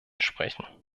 sprechen